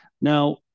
Now